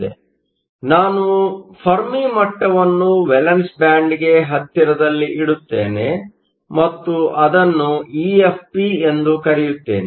ಆದ್ದರಿಂದ ನಾನು ಫೆರ್ಮಿ ಮಟ್ಟವನ್ನು ವೇಲೆನ್ಸ್ ಬ್ಯಾಂಡ್Valence bandಗೆ ಹತ್ತಿರದಲ್ಲಿ ಇಡುತ್ತೇನೆ ಮತ್ತು ಅದನ್ನು EFP ಎಂದು ಕರೆಯುತ್ತೇನೆ